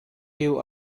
you